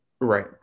right